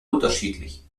unterschiedlich